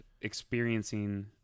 experiencing